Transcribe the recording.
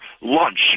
lunch